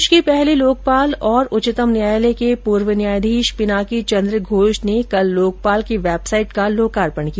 देश के पहले लोकपाल और उच्चतम न्यायालय के पूर्व न्यायाधीश पिनाकी चन्द्र घोष ने कल लोकपाल की वेबसाइट का लोकार्पण किया